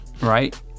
Right